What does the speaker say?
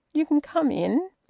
you can come in.